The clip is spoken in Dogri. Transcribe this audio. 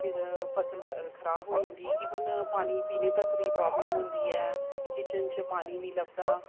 फिर फसल खराब होई जंदी इवन पानी पीने तक दी प्राबलम होंदी ऐ किचन च पानी निं लभदा